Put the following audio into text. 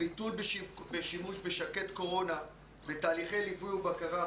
הביטול בשימוש בשק"ד קורונה בתהליכי ליווי ובקרה,